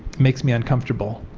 makes me uncomfortable.